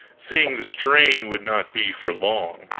seeing the strain would not be for long.